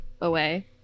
away